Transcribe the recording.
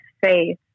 faith